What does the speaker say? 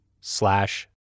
slash